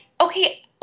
okay